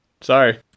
Sorry